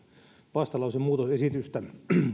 vastalauseen muutosesitystä